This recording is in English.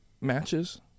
matches